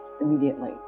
immediately